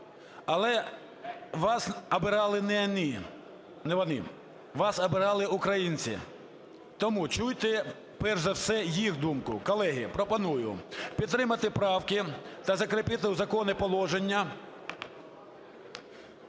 але вас обирали не вони, вас обирали українці, тому чуйте, перш за все, їх думку. Колеги, пропоную підтримати правки та закріпити у законі положення